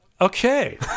okay